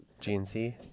GNC